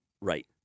right